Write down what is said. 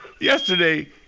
yesterday